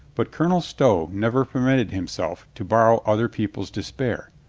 but colonel stow never permitted himself to borrow other people's despair.